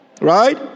Right